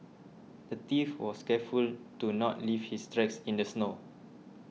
the thief was careful to not leave his tracks in the snow